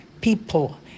people